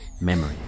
memory